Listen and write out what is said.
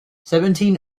seventeen